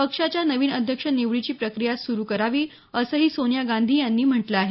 पक्षाच्या नवीन अध्यक्ष निवडीची प्रक्रिया सुरू करावी असंही सोनिया गांधी यांनी म्हटलं आहे